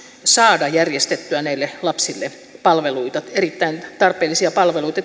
saada järjestettyä näille lapsille palveluita erittäin tarpeellisia palveluita